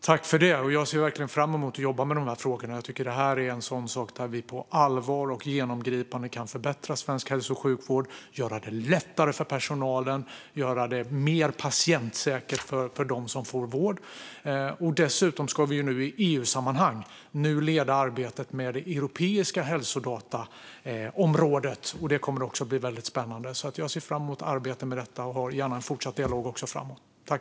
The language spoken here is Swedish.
Herr talman! Jag ser verkligen fram emot att få jobba med dessa frågor. Det här är en sådan sak där vi på allvar och genomgripande kan förbättra svensk hälso och sjukvård, göra det lättare för personalen och göra det mer patientsäkert för dem som får vård. I EU-sammanhang ska vi nu leda arbetet på det europeiska hälsodataområdet. Det kommer också att bli mycket spännande. Jag ser fram emot att få arbeta med detta, och jag för gärna en dialog även i framtiden.